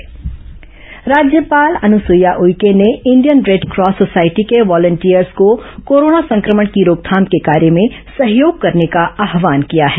राज्यपाल रेडकॉस आव्हान राज्यपाल अनुसुईया उइके ने इंडियन रेडक्रॉस सोसायटी के वॉलिंटियर्स को कोरोना संक्रमण की रोकथाम के कार्य में सहयोग करने का आव्हान किया है